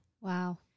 Wow